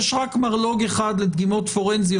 יש רק מרלו"ג אחד לדגימות פורנזיות.